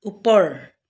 ওপৰ